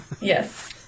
Yes